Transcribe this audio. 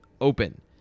open